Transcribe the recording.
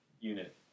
unit